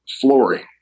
flooring